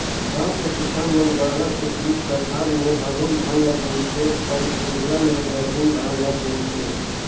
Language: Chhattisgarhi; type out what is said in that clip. गांव के किसान मन डहर के तीर तखार में हरहून धान ल बुन थें अउ दूरिहा में गरहून धान ल बून थे